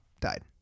died